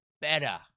better